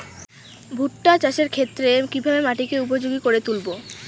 ভুট্টা চাষের ক্ষেত্রে কিভাবে মাটিকে উপযোগী করে তুলবো?